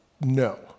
no